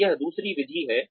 तो यह दूसरी विधि है